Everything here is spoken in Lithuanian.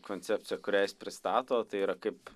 koncepcija kurią jis pristato tai yra kaip